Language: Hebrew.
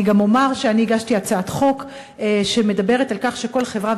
אני גם אומר שאני הגשתי הצעת חוק שמדברת על כך שכל חברה,